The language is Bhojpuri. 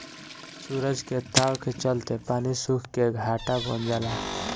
सूरज के ताव के चलते पानी सुख के घाटा बन जाला